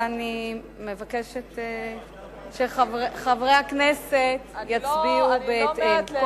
ואני מבקשת שחברי הכנסת יצביעו בהתאם.